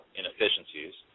inefficiencies